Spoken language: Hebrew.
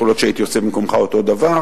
יכול להיות שהייתי עושה במקומך אותו דבר.